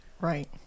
Right